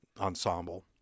ensemble